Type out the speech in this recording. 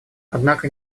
однако